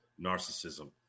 narcissism